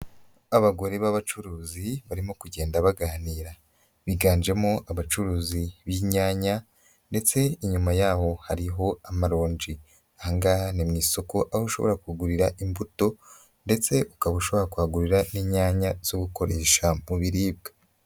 Abagore b'abacuruzi barimo kugenda baganira, biganjemo abacuruzi b'inyanya, ndetse inyuma yaho hariho amaronji. Ahangana ni mu isoko aho ushobora kugurira imbuto, ndetse ukaba ushobora kuhagurira n'inyanya zo gukoresha mu biribwa.